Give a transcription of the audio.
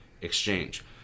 exchange